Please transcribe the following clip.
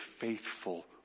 faithful